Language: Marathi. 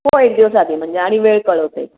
हो एक दिवस आधी म्हणजे आणि वेळ कळवते